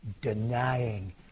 denying